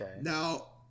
Now